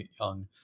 young